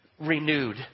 renewed